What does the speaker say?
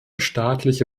staatliche